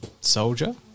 soldier